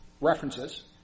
references